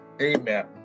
Amen